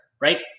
right